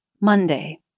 Monday